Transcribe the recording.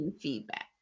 feedback